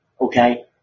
Okay